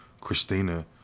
Christina